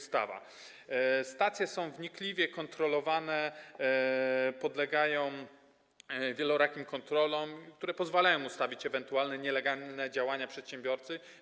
Stacje są wnikliwie kontrolowane, podlegają wielorakim kontrolom, które pozwalają ustalić ewentualne nielegalne działania przedsiębiorcy.